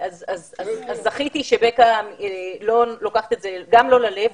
זכיתי שבקה לא לוקחת את זה לא ללב,